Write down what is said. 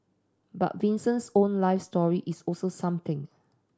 but Vincent's own life story is also something